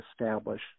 establish